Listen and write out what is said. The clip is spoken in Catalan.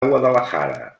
guadalajara